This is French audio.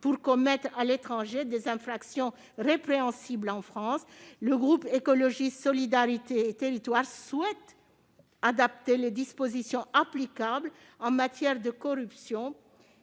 pour commettre à l'étranger des infractions répréhensibles en France. Le groupe Écologiste - Solidarité et Territoires souhaite adapter les dispositions applicables en matière de corruption